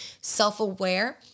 self-aware